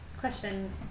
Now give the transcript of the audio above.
Question